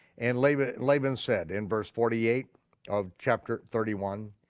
and laban laban said, in verse forty eight of chapter thirty one,